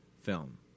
film